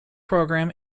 program